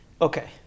okay